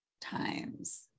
times